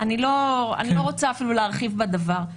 אני לא רוצה אפילו להרחיב בדבר.